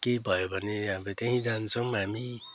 केही भयो भने अब त्यहीँ जान्छौँ हामी